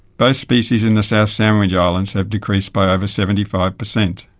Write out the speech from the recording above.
both species in the south sandwich islands have decreased by over seventy five percent.